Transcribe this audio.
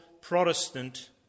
Protestant